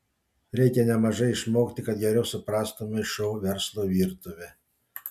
reikia nemažai išmokti kad geriau suprastumei šou verslo virtuvę